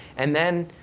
and then,